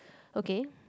okay